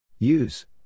Use